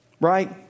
right